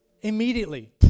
immediately